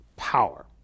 power